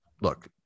Look